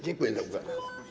Dziękuję za uwagę.